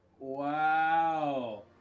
Wow